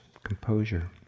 composure